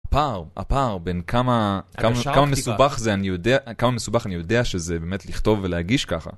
הפער הפער בין כמה כמה כמה מסובך זה אני יודע כמה מסובך אני יודע שזה באמת לכתוב ולהגיש ככה.